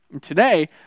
Today